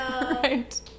right